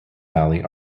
valley